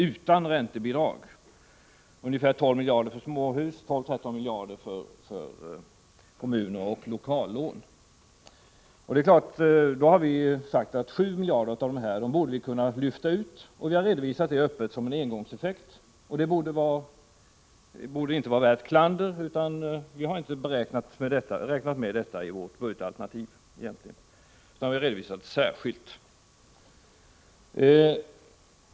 Ungefär 12 miljarder har lånats ut till småhusbyggande, och 12-13 miljarder har gått till kommuner och lokallån. Vi menar att 7 av dessa miljarder borde kunna lyftas ut. Det har vi öppet redovisat som en engångseffekt. Det borde inte föranleda klander. Vi har inte räknat med detta belopp i vårt budgetalternativ, utan det har redovisats särskilt.